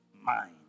mind